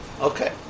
Okay